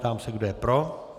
Ptám se, kdo je pro.